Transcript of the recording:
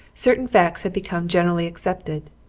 certain facts had become generally accepted.